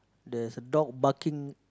there's a dog barking